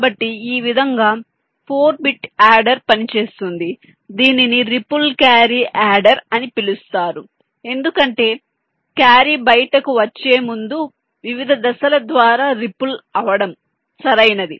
కాబట్టి ఈ విధంగా 4 బిట్ యాడర్ పనిచేస్తుంది దీనిని రిపుల్ క్యారీ యాడర్ అని పిలుస్తారు ఎందుకంటే క్యారీ బయటకు వచ్చే ముందు వివిధ దశల ద్వారా రిపుల్ అవడం సరియైనది